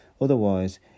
Otherwise